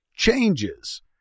changes